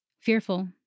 fearful